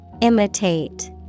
Imitate